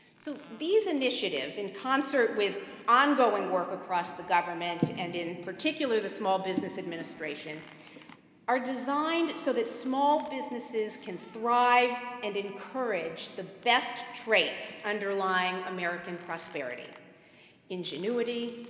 so these initiatives in concert with ongoing work across the government and in particular, the small business administration are designed so that small businesses can thrive and encourage the best traits underlying american prosperity ingenuity,